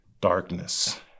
darkness